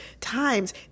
times